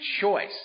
choice